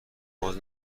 باز